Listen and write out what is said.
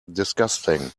disgusting